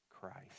Christ